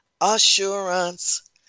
assurance